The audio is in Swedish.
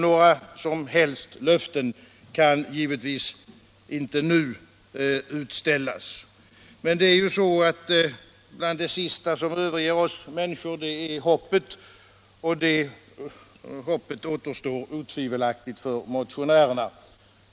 Några som helst löften kan givetvis inte nu ges. Men bland det sista som överger oss människor är hoppet, och hoppet återstår otvivelaktigt för motionärerna i detta fall.